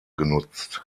genutzt